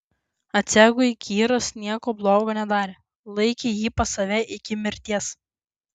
astiagui kyras nieko blogo nedarė laikė jį pas save iki mirties